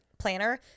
planner